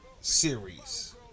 series